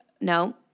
no